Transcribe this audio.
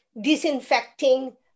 disinfecting